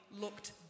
looked